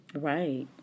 Right